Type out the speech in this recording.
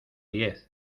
diez